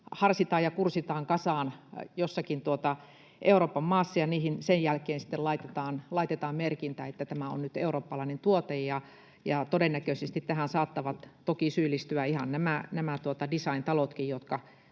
harsitaan ja kursitaan kasaan jossakin Euroopan maassa, ja niihin sen jälkeen sitten laitetaan merkintä, että tämä on nyt eurooppalainen tuote. Todennäköisesti tähän saattavat toki syyllistyä ihan nämä designtalotkin,